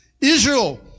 Israel